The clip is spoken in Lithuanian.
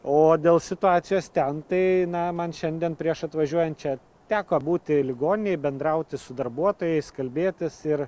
o dėl situacijos ten tai na man šiandien prieš atvažiuojant čia teko būti ligoninėj bendrauti su darbuotojais kalbėtis ir